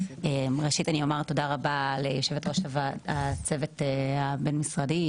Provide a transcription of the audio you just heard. ראשית אומר תודה רבה ליושבת-ראש הצוות הבין-משרדי,